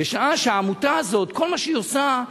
בשעה שהעמותה הזאת, כל מה שהיא עושה,